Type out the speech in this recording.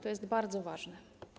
To jest bardzo ważne.